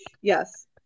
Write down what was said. Yes